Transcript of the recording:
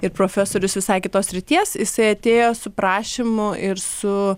ir profesorius visai kitos srities jisai atėjo su prašymu ir su